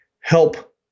help